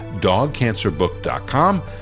dogcancerbook.com